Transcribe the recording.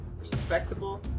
respectable